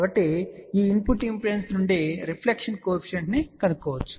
కాబట్టి ఈ input impedance నుండి రిఫ్లెక్షన్ కోఎఫిషియంట్ కనుగొనవచ్చు